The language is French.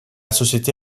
société